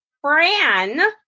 Fran